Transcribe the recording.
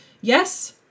yes